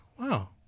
wow